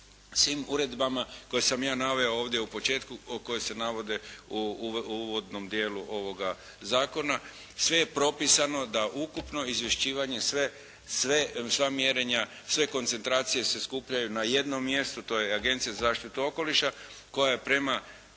svim uredbama koje sam ja naveo ovdje u početku koje se navode u uvodnom dijelu ovoga zakona. Sve je propisano da ukupno izvješćivanje, sva mjerenja, sve koncentracije se skupljaju na jednom mjestu, to je Agencija za zaštitu okoliša koja je prema